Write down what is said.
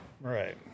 Right